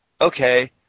Okay